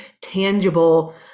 tangible